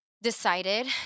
Decided